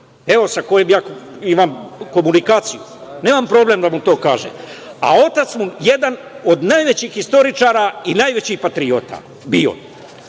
Evo sa kim ja imam komunikaciju. Nemam problem da mu to kažem. Otac mu je jedan od najvećih istoričara i najveći patriota